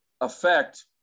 affect